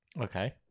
Okay